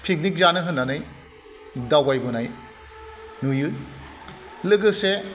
picnic जानो होननानै दावबायबोनाय नुयो लोगोसे